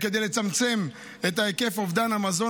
כדי לצמצם את היקף אובדן המזון,